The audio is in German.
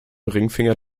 ringfinger